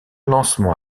lancement